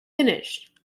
finished